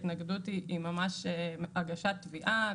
ההתנגדות היא ממש הגשת תביעה,